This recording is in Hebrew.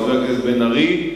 חבר הכנסת בן-ארי,